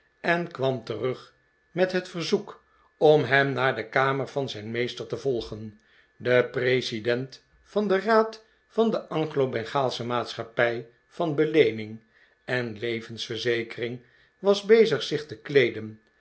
en kwam terug met het verzoek om hem naar de kamer van zijn meester te volgen de president van den raad van de anglobengaalsche maatschappij van beleening en levensverzekering was bezig zich te kleeden